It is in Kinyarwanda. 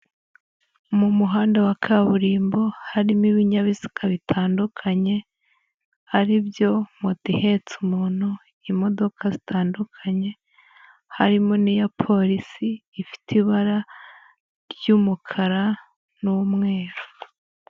Mu muhanda wa kaburimbo harimo ibinyabiziga bitandukanye, aribyo moto ihetse umuntu, imodoka zitandukanye harimo n'iya polisi ifite ibara ry'umukara n'umweru.